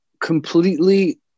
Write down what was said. completely